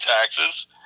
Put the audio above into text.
taxes